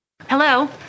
Hello